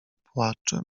płaczem